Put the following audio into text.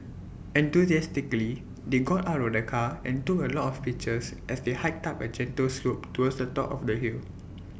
enthusiastically they got out of the car and took A lot of pictures as they hiked up A gentle slope towards the top of the hill